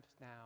now